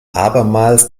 abermals